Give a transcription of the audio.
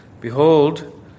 Behold